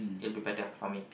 it will be better for me